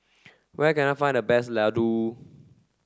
where can I find the best Laddu